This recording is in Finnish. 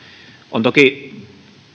on toki